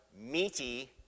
meaty